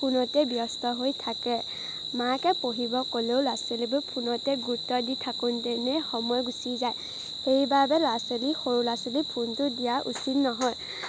ফোনতে ব্যস্ত হৈ থাকে মাকে পঢ়িব ক'লেও ল'ৰা ছোৱালীবোৰ ফোনতে গুৰুত্ব দি থাকোঁতেনে সময় গুচি যায় সেইবাবে ল'ৰা ছোৱালী সৰু ল'ৰা ছোৱালীক ফোনটো দিয়া উচিত নহয়